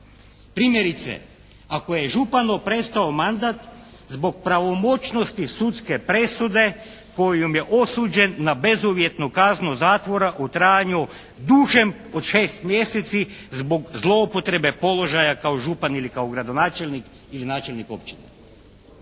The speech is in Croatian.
Primjerice, ako je županu prestao mandat zbog pravomoćnosti sudske presude kojom je osuđen na bezuvjetnu kaznu zatvora u trajanju dužem od 6 mjeseci zbog zloupotrebe položaja kao župan ili kao gradonačelnik ili načelnik općine.